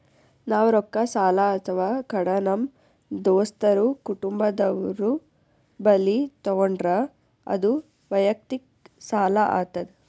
ನಾವ್ ರೊಕ್ಕ ಸಾಲ ಅಥವಾ ಕಡ ನಮ್ ದೋಸ್ತರು ಕುಟುಂಬದವ್ರು ಬಲ್ಲಿ ತಗೊಂಡ್ರ ಅದು ವಯಕ್ತಿಕ್ ಸಾಲ ಆತದ್